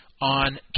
on